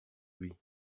lui